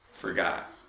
Forgot